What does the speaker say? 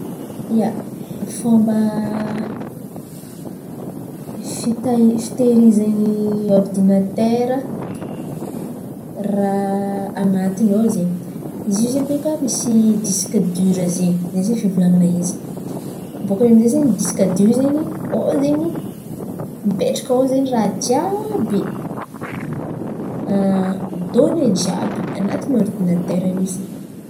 ia, fômba fitahi- fitehizin̈y ordinatera, raha an̈atin̈y ao zen̈y. Izy io bôkà misy disk diora zay zay zen̈y fivolan̈ana izy. Abôkà eo amin'jay zen̈y, diska diora io zen̈y ao zen̈y mipetraka aoa zen̈y raha jiàby. Donne jiàby an̈atin̈y ordinatera io zen̈y.